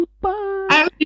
Bye